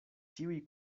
ĉiuj